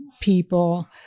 people